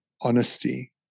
honesty